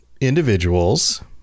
individuals